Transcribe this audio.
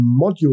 module